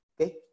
okay